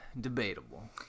debatable